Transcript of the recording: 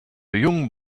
young